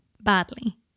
Badly